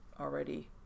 already